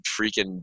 freaking